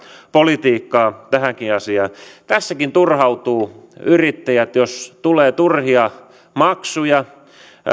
politiikkaa tässäkin asiassa tässäkin yrittäjät turhautuvat jos tulee turhia maksuja